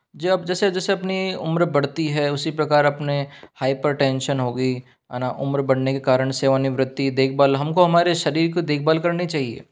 जब जैसे जैसे अपनी उम्र बढ़ती है उसी प्रकार आपने हाइपरटेंशन हो गई अना उम्र बढ़ने के कारण सेवानिवृत्ति देखभाल हमको हमारे शरीर को देखभाल करनी चाहिए